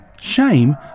Shame